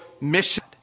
mission